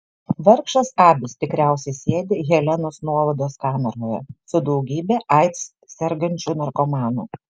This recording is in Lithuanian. vargšas abis tikriausiai sėdi helenos nuovados kameroje su daugybe aids sergančių narkomanų